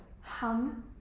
Hung